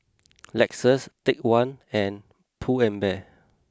Lexus Take One and Pull and Bear